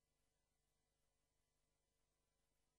אתם